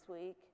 week